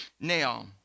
Now